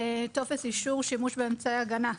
טופס אישור שימוש באמצעי הגנה.